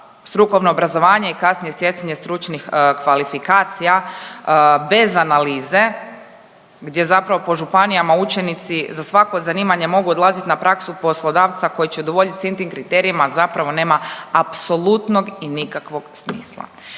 strukovno obrazovanje i kasnije stjecanje stručnih kvalifikacija bez analize, gdje zapravo po županijama učenici za svako zanimanje mogu odlazit na praksu poslodavca koji će udovoljiti svim tim kriterijima zapravo nema apsolutnog i nikakvog smisla.